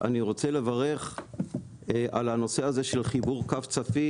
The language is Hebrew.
אני רוצה לברך על הנושא הזה של חיבור קו צפית,